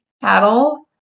cattle